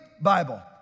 Bible